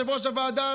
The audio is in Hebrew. יושב-ראש הוועדה,